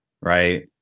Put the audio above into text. right